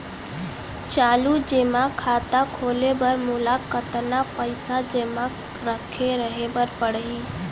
चालू जेमा खाता खोले बर मोला कतना पइसा जेमा रखे रहे बर पड़ही?